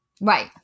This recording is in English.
Right